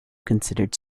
considered